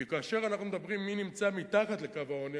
כי כשאנחנו מדברים על מי נמצא מתחת לקו העוני,